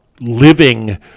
living